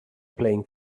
playing